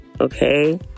okay